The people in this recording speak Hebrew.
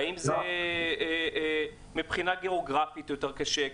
האם זה מבחינה גיאוגרפית יותר קשה,